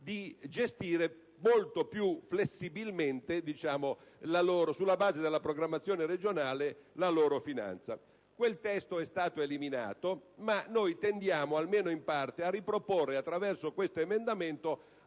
di gestire molto più flessibilmente, sulla base della programmazione regionale, la loro finanza. Quel testo è stato eliminato ma noi tendiamo, almeno in parte, a riproporre attraverso questo emendamento